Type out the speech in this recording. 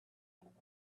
and